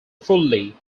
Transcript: fully